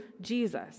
Jesus